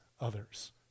others